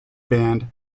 band